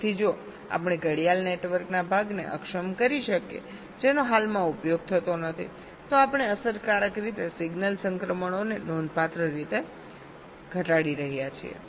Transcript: તેથી જો આપણે ક્લોક નેટવર્ક ના ભાગને અક્ષમ કરી શકીએ જેનો હાલમાં ઉપયોગ થતો નથી તો આપણે અસરકારક રીતે સિગ્નલ સંક્રમણોને નોંધપાત્ર રીતે ઘટાડી રહ્યા છીએ